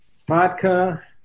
Vodka